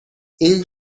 این